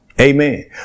Amen